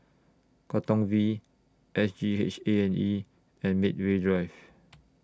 Katong V S G H A and E and Medway Drive